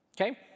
okay